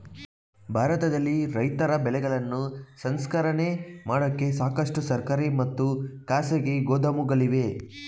ಭಾರತದಲ್ಲಿ ರೈತರ ಬೆಳೆಗಳನ್ನು ಸಂಸ್ಕರಣೆ ಮಾಡೋಕೆ ಸಾಕಷ್ಟು ಸರ್ಕಾರಿ ಮತ್ತು ಖಾಸಗಿ ಗೋದಾಮುಗಳಿವೆ